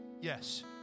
Yes